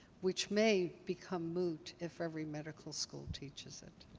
which may become moot if every medical school teaches it.